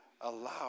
allow